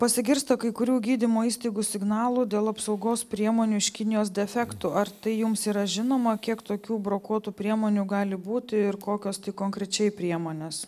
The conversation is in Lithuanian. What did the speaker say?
pasigirsta kai kurių gydymo įstaigų signalų dėl apsaugos priemonių iš kinijos defektų ar tai jums yra žinoma kiek tokių brokuotų priemonių gali būti ir kokios konkrečiai priemonės